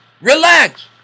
Relax